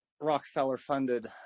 Rockefeller-funded